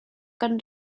kan